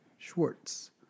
Schwartz